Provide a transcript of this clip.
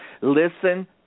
Listen